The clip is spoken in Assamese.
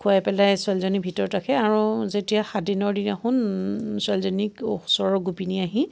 খোৱাই পেলাই ছোৱালীজনী ভিতৰত ৰাখে আৰু যেতিয়া সাতদিনৰ দিনাখন ছোৱালীজনীক ওচৰৰ গোপিনীয়ে আহি